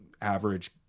average